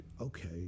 okay